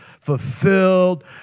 fulfilled